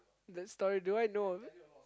that story do I know of it